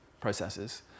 processes